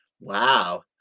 Wow